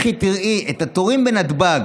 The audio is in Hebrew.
לכי תראי את התורים בנתב"ג.